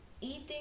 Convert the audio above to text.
eating